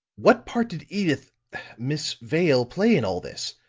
what part did edyth miss vale play in all this?